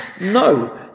No